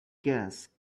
gas